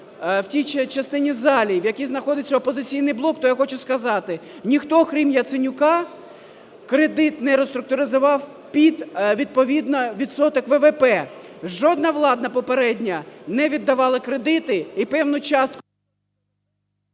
в тій частині залі, в якій знаходиться "Опозиційний блок", то я хочу сказати, ніхто крім Яценюка кредит нереструктуризував під, відповідно, відсоток ВВП. Жодна влада попередня не віддавала кредити і певну частку…